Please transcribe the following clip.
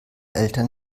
eltern